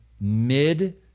mid